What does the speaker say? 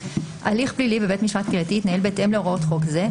הליך פלילי בבית משפט קהילתי יתנהל בהתאם להוראות חוק זה,